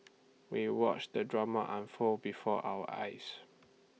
we watched the drama unfold before our eyes